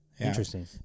interesting